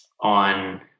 on